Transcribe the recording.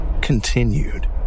continued